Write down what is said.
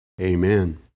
amen